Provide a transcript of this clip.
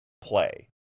play